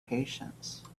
patience